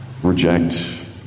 Reject